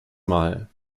mal